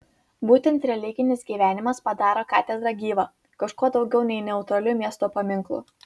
būtent religinis gyvenimas padaro katedrą gyva kažkuo daugiau nei neutraliu miesto paminklu